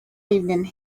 evening